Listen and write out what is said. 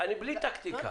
בלי טקטיקה